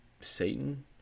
Satan